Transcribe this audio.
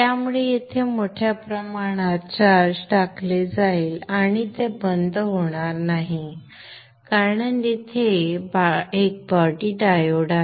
त्यामुळे येथे मोठ्या प्रमाणात चार्ज टाकले जाईल आणि ते बंद होणार नाही कारण येथे एक बॉडी डायोड आहे